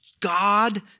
God